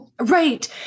right